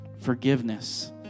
Forgiveness